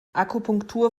akupunktur